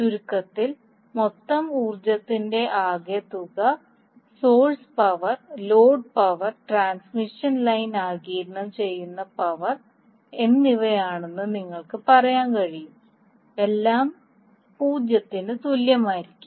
ചുരുക്കത്തിൽ മൊത്തം ഊർജ്ജത്തിന്റെ ആകെത്തുക source power load power transmission line ആഗിരണം ചെയ്യുന്ന പവർ എന്നിവയാണെന്ന് നിങ്ങൾക്ക് പറയാൻ കഴിയും എല്ലാം 0 ന് തുല്യമായിരിക്കും